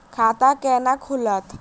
खाता केना खुलत?